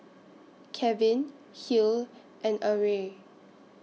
Kevin Hill and Arie